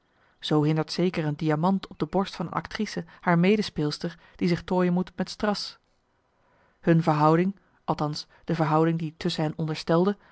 zoo hindert zeker een diamant op de borst van een actrice haar medespeelster die zich tooien moet met strass marcellus emants een nagelaten bekentenis hun verhouding althans de verhouding die ik tusschen hen